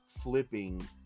flipping